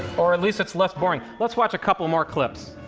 or at least it's less boring. let's watch a couple more clips.